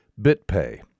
BitPay